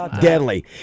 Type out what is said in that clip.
Deadly